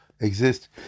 exist